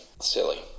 silly